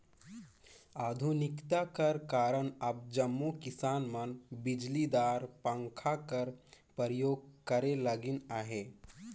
आधुनिकता कर कारन अब जम्मो किसान मन बिजलीदार पंखा कर परियोग करे लगिन अहे